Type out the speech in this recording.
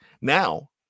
Now